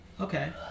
Okay